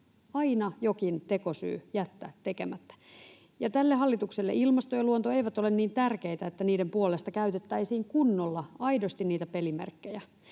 aina jokin tekosyy jättää tekemättä. Ja tälle hallitukselle ilmasto ja luonto eivät ole niin tärkeitä, että niiden puolesta käytettäisiin kunnolla, aidosti, niitä pelimerkkejä.